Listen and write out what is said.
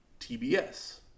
TBS